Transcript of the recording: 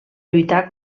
lluitar